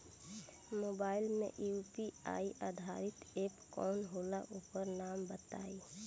Mobile म UPI आधारित app कौन होला ओकर नाम बताईं?